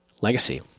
Legacy